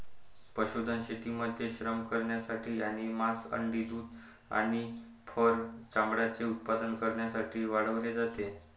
पशुधन शेतीमध्ये श्रम करण्यासाठी आणि मांस, अंडी, दूध आणि फर चामड्याचे उत्पादन करण्यासाठी वाढवले जाते